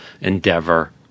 endeavor